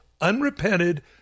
unrepented